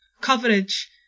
coverage